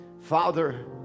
father